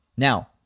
Now